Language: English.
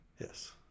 Yes